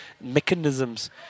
mechanisms